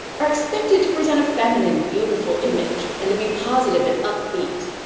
are expected to present a feminine, beautiful image, and to be positive and upbeat.